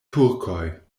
turkoj